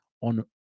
on